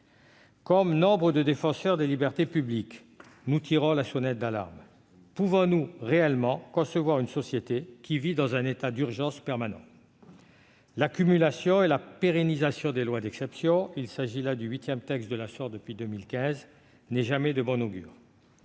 Comme nombre de défenseurs des libertés publiques, nous tirons la sonnette d'alarme : pouvons-nous réellement concevoir une société vivant dans un état d'urgence permanent ? L'accumulation et la pérennisation des lois d'exception- il s'agit là du huitième texte de cette nature depuis 2015 -ne sont jamais de bon augure.